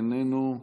איננו,